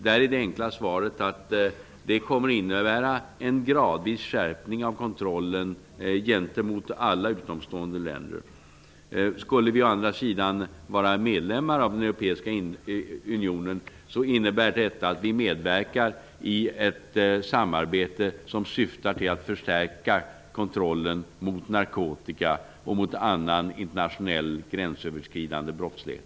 Där är det enkla svaret att det kommer att innebära en gradvis skärpning av kontrollen gentemot alla utomstående länder. Om vi å andra sidan är medlemmar av den europeiska unionen innebär det att vi medverkar i ett samarbete som syftar till att förstärka kontrollen för att motverka narkotika och annan internationell gränsöverskridande brottslighet.